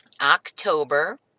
October